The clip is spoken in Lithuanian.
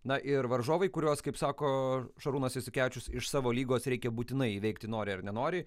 na ir varžovai kuriuos kaip sako šarūnas jasikevičius iš savo lygos reikia būtinai įveikti nori ar nenori